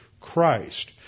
Christ